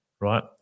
right